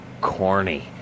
corny